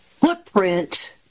footprint